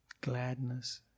gladness